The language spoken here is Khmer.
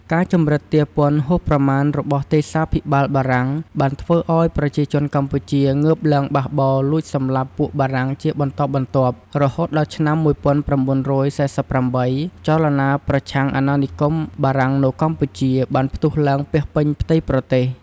ការជំរិតទារពន្ធហួសប្រមាណរបស់ទេសាភិបាលបារាំង បានធ្វើឱ្យប្រជាជនកម្ពុជា ងើបឡើងបះបោរលួចសម្លាប់ពួកបារាំងជាបន្តបន្ទាប់ រហូតដល់ឆ្នាំ ១៩៤៨ ចលនាប្រឆាំងអណានិគមបារាំងនៅកម្ពុជា បានផ្ទុះឡើងពាសពេញផ្ទៃប្រទេស ។